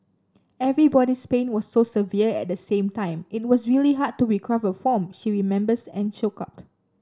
everybody's pain was so severe at the same time it was really hard to recover from she remembers choked up